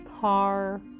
car